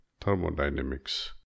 thermodynamics